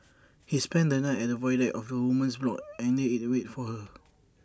he spent the night at the void deck of the woman's block and lay is wait for her